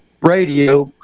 radio